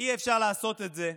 אי-אפשר לעשות את זה,